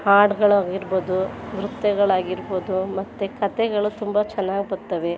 ಹಾಡುಗಳಾಗಿರ್ಬೋದು ನೃತ್ಯಗಳಾಗಿರ್ಬೋದು ಮತ್ತು ಕತೆಗಳು ತುಂಬ ಚೆನ್ನಾಗಿ ಬರ್ತವೆ